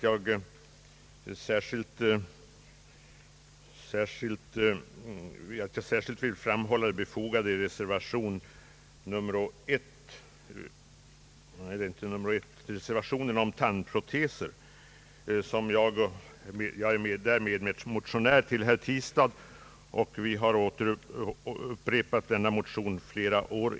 Jag vill också särskilt framhålla det befogade i reservation nr 2 beträffande tandproteser. I denna fråga är jag medmotionär till herr Tistad, och vi har åter och åter upprepat vårt yrkande under flera år.